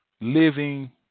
living